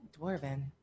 dwarven